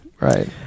Right